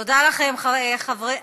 תודה לכם, חברי,